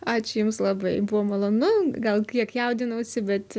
ačiū jums labai buvo malonu gal kiek jaudinausi bet